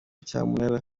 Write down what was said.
cyamunara